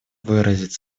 выразить